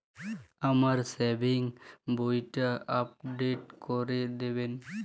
আমার সেভিংস বইটা আপডেট করে দেবেন?